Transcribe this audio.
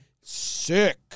sick